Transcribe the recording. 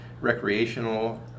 recreational